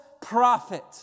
Prophet